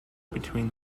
between